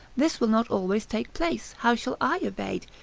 this will not always take place, how shall i evade?